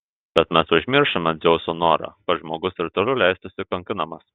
bet mes užmiršome dzeuso norą kad žmogus ir toliau leistųsi kankinamas